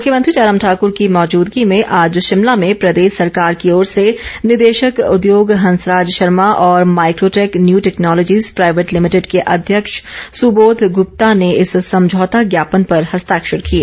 मुख्यमंत्री जयराम ठाकर की मौजदगी में आज शिमला में प्रदेश सरकार की ओर से निदेशक उद्योग हंसराज शर्मा और Mycotech New Technologies Private Limited के अध्यक्ष सुबोध गुप्ता ने इस समझौता ज्ञापन पर हस्ताक्षर किए